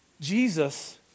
Jesus